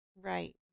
Right